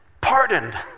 pardoned